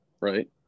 Right